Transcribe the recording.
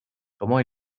comment